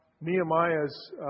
Nehemiah's